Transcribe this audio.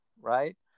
right